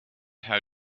how